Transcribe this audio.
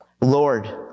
Lord